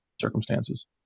circumstances